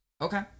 okay